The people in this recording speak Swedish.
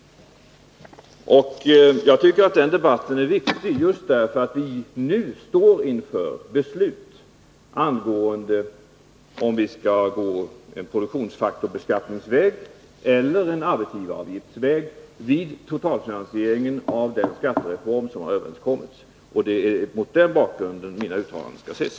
Jag tycker att den debatten är viktig därför att vi just nu står inför ett beslut om huruvida vi skall gå en produktionsfaktorsbeskattningsväg eller en arbetsgivaravgiftsväg vid totalfinansieringen av den skattereform som har överenskommits. Det är mot den bakgrunden mina uttalanden skall ses.